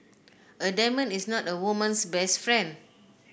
a diamond is not a woman's best friend